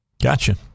Gotcha